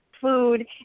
food